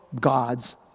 God's